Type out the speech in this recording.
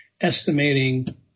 estimating